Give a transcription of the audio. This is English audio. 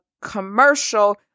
commercial